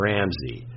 Ramsey